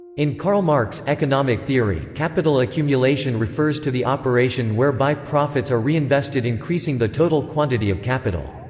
in karl marx' economic theory, capital accumulation refers to the operation whereby profits are reinvested increasing the total quantity of capital.